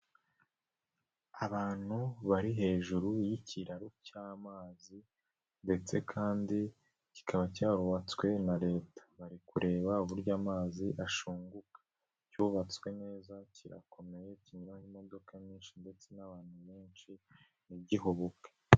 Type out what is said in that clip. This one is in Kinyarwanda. Abantu bari hejuru y'ikiraro cy'amazi ndetse kandi kikaba cyarubatswe na Leta, bari kureba uburyo amazi ashunguka, cyubatswe neza kirakomeye kinyuraho imodoka nyinshi ndetse n'abantu benshi ntigihubwe.